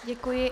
Děkuji.